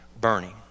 burning